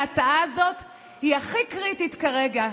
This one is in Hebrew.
ההצעה הזאת היא הכי קריטית כרגע,